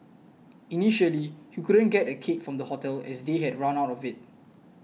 initially he couldn't get a cake from the hotel as they had run out of it